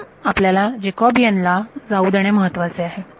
म्हणून आपल्याला जॅकॉबियन ला जाऊ देणे महत्त्वाचे आहे